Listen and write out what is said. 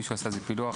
מישהו עשה איזה פילוח?